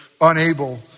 unable